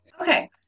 Okay